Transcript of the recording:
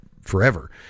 forever